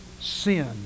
sin